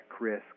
risk